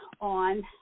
on